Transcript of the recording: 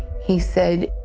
he said,